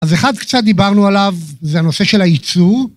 אז אחד קצת דיברנו עליו, זה הנושא של הייצוא.